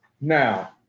Now